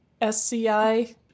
S-C-I